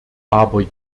aber